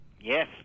yes